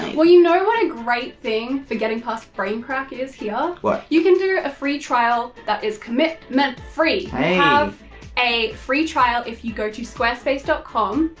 well you know what a great thing for getting past braincrack is here? what? you can do a free trial that is commitment free. hey. have a free trial if you go to squarespace com,